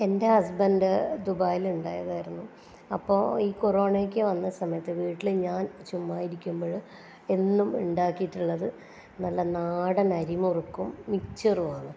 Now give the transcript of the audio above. എൻ്റെ ഹസ്ബൻ്റ് ദുബായിൽ ഉണ്ടായതായിരുന്നു അപ്പോൾ ഈ കോറോണയൊക്കെ വന്ന സമയത്ത് വീട്ടിൽ ഞാൻ ചുമ്മാ ഇരിക്കുമ്പോഴ് എന്നും ഉണ്ടാക്കിയിട്ടുള്ളത് നല്ല നാടൻ അരി മുറുക്കും മിച്ചറും ആണ്